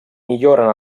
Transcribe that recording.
milloren